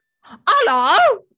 Hello